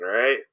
right